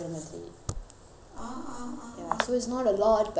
ya so it's not a lot but just a little bit here and there ah just